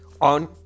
on